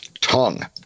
tongue